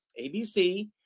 ABC